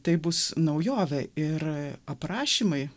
tai bus naujovė ir aprašymai